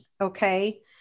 okay